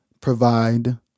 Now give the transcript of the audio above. provide